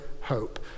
hope